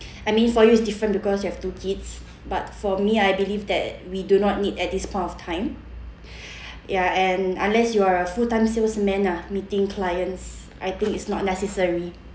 I mean for you it's different because you have two kids but for me I believe that we do not need at this point of time ya and unless you are a full time salesman ah meeting clients I think it's not necessary